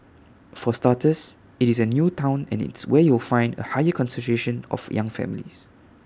for starters IT is A new Town and it's where you'll find A higher concentration of young families